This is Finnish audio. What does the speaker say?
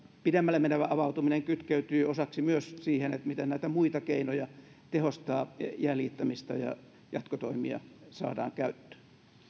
pidemmälle menevä avautuminen kytkeytyy osaksi myös siihen miten näitä muita keinoja tehostaa jäljittämistä ja jatkotoimia saadaan käyttöön